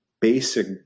basic